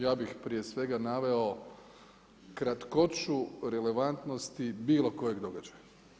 Ja bih prije svega naveo kratkoću relevantnosti bilo kojeg događaja.